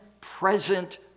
present